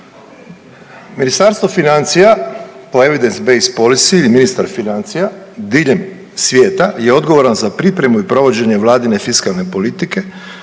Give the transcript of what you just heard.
Ministarstvo financija po evidence based policy-ju i ministar financija diljem svijeta je odgovoran za pripremu i provođenje vladine fiskalne politike.